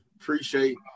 appreciate